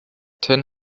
ten